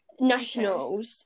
Nationals